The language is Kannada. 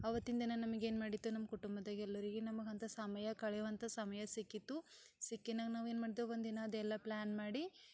ಆವತ್ತಿನ ದಿನ ನಮಗೇನು ಮಾಡಿತ್ತು ನಮ್ಮ ಕುಟುಂಬದಾಗೆ ಎಲ್ಲರಿಗೆ ನಮಗೆ ಅಂಥ ಸಮಯ ಕಳೆಯುವಂಥ ಸಮಯ ಸಿಕ್ಕಿತ್ತು ಸಿಕ್ಕಿನಾಗ ನಾವು ಏನು ಮಾಡಿದೆವು ಒಂದಿನ ಅದೆಲ್ಲ ಪ್ಲ್ಯಾನ್ ಮಾಡಿ